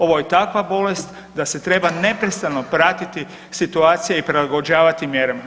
Ovo je takva bolest da se treba neprestano pratiti situacija i prilagođavati mjerama.